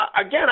again